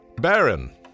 Baron